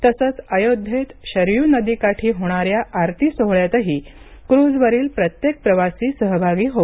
तसंच अयोध्येत शरयू नदीकाठी होणाऱ्या आरती सोहोळ्यातही क्रूजवरील प्रत्येक प्रवासी सहभागी होऊ शकेल